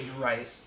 Right